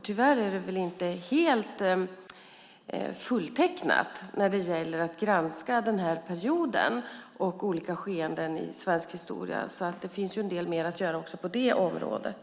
Tyvärr är det inte helt fulltecknat när det gäller att granska den här perioden och olika skeenden i svensk historia. Det finns en del mer att göra också på det området.